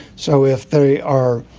so if they are,